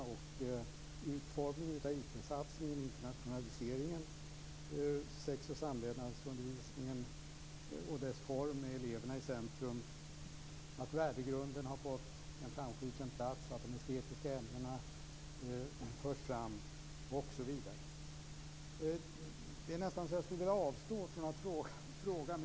Det gäller utformningen av IT-satsningen, internationaliseringen, sex och samlevnadsundervisningen och dess form med eleverna i centrum, att värdegrunden har fått en framskjuten plats, att de estetiska ämnena förs fram osv. Det är nästan så att jag skulle vilja avstå från att ställa en fråga.